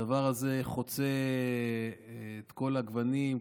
הדבר הזה חוצה את כל הגוונים,